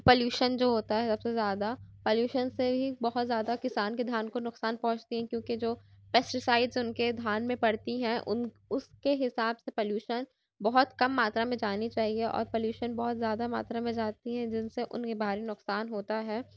pollution جو ہوتا ہے سب سے زیادہ پلوشن سے بھی بہت زیادہ کسان کے دھان کو نقصان پہونچتی ہیں کیوں کہ جو پیسٹیسائز اُن کے دھان میں پڑتی ہیں اُن اُس کے حساب سے پلوشن بہت کم ماترا میں جانی چاہیے اور پلوشن بہت زیادہ ماترا میں جاتی ہے جن سے اُن کے بھاری نقصان ہوتا ہے